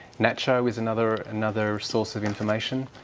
naccho is another another source of information.